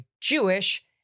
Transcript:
Jewish